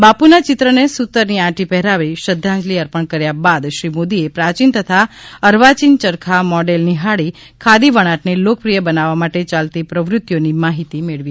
બાપુના ચિત્રને સુતરની આંટી પહેરાવી શ્રદ્ધાંજલિ અર્પણ કર્યા બાદ શ્રી મોદીએ પ્રાચીન તથા અર્વાચીન યરખા મોડેલ નીહાળી ખાદીવણાટને લોકપ્રિય બનાવવા માટે ચાલતી પ્રવૃત્તિઓની માહીતી મેળવી હતી